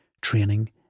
training